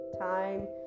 time